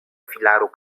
filaru